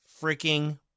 freaking